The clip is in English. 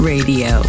Radio